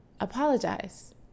apologize